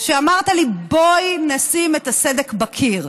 שאמרת לי: בואי נשים את הסדק בקיר.